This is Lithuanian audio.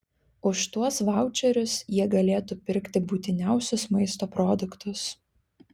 už tuos vaučerius jie galėtų pirkti būtiniausius maisto produktus